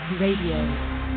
Radio